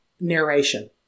narration